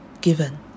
given